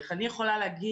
אני יכולה לומר